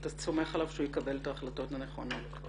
אתה סומך עליו שהוא יקבל את ההחלטות הנכונות.